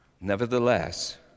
Nevertheless